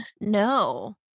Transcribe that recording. no